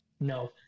No